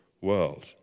world